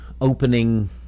opening